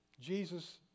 Jesus